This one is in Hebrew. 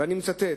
ואני מצטט: